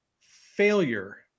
failure